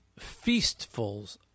feastfuls